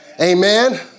Amen